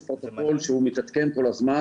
יש פרוטוקול שמתעדכן כל הזמן,